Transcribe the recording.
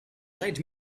let